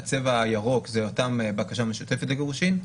צבע ירוק זה בקשה משותפת לגירושין.